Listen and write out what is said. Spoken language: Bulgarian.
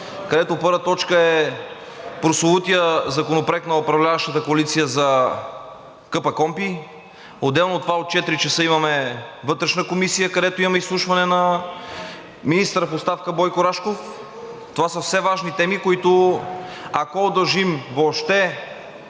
където първа точка е прословутият законопроект на управляващата коалиция за КПКОНПИ, отделно от 16,00 ч. имаме Вътрешна комисия, където имаме изслушване на министъра в оставка Бойко Рашков. Това са все важни теми, които, ако удължим въобще